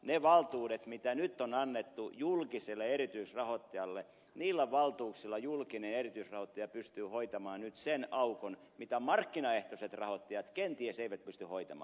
niillä valtuuksilla mitä nyt on julkiselle erityisrahoittajalle annettu pystyy julkinen erityisrahoittaja hoitamaan nyt sen aukon mitä markkinaehtoiset rahoittajat kenties eivät pysty hoitamaan